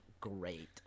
great